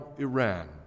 Iran